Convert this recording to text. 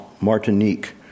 Martinique